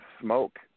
smoke